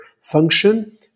function